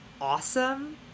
awesome